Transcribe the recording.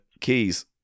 keys